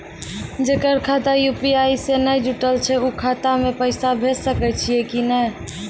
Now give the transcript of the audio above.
जेकर खाता यु.पी.आई से नैय जुटल छै उ खाता मे पैसा भेज सकै छियै कि नै?